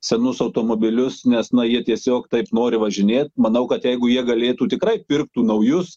senus automobilius nes na jie tiesiog taip nori važinėt manau kad jeigu jie galėtų tikrai pirktų naujus